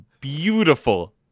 beautiful